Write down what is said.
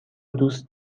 دوست